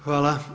Hvala.